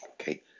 okay